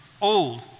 old